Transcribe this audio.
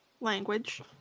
Language